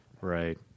Right